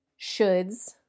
shoulds